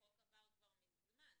החוק עבר כבר מזמן.